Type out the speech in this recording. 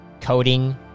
coding